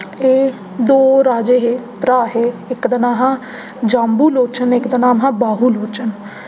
एह् दो राजे हे भ्राऽ हे इक दा नांऽ हा जाम्बू लोचन इक दा नाम हा बाहू लोचन